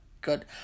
good